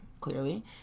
clearly